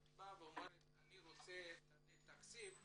אם את אומרת שאת רוצה תקציב אז,